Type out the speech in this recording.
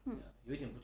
hmm